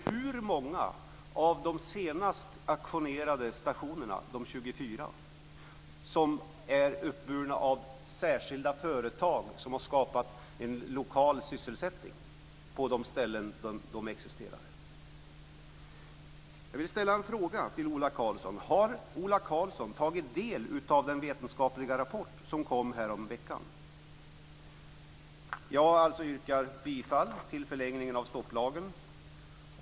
Hur många av de 24 senast utauktionerade stationerna är uppburna av särskilda företag och har skapat en lokal sysselsättning på sina respektive orter? Jag vill också ställa en annan fråga till Ola Karlsson. Har Ola Karlsson tagit del av den vetenskapliga rapport som kom häromveckan? Jag yrkar alltså bifall till förslaget om en förlängning av stopplagen.